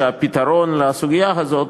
שהפתרון לסוגיה הזאת,